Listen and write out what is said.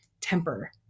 temper